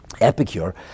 Epicure